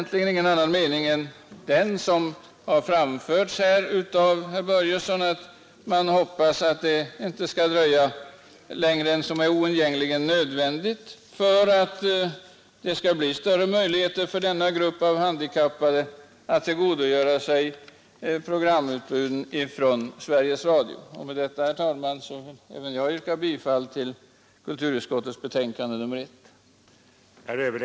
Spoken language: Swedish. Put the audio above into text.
Utskottet delar också den förhoppning som herr Börjesson här givit uttryck åt, nämligen att det inte skall dröja längre än oundgängligen nödvändigt att skapa större förutsättningar för denna grupp handikappade, så att också de hörselskadade kan tillgodogöra sig programutbudet från Sveriges Radio. Herr talman! Med det anförda ber även jag att få yrka bifall till kulturutskottets hemställan i betänkande nr 1.